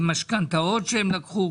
המשכנתאות שהם לקחו.